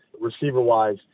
receiver-wise